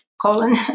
colon